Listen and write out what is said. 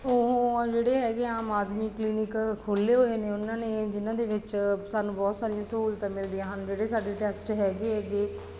ਉਹ ਜਿਹੜੇ ਹੈਗੇ ਆਮ ਆਦਮੀ ਕਲੀਨਿਕ ਖੋਲ੍ਹੇ ਹੋਏ ਨੇ ਉਹਨਾਂ ਨੇ ਜਿਨ੍ਹਾਂ ਦੇ ਵਿੱਚ ਸਾਨੂੰ ਬਹੁਤ ਸਾਰੀਆਂ ਸਹੂਲਤਾਂ ਮਿਲਦੀਆਂ ਹਨ ਜਿਹੜੇ ਸਾਡੇ ਟੈਸਟ ਹੈਗੇ ਹੈਗੇ